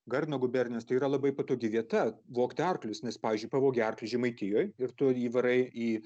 gardino gubernijos tai yra labai patogi vieta vogti arklius nes pavyzdžiui pavogi arklį žemaitijoj ir turi įvarai į